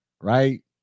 right